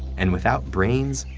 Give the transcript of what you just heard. and without brains,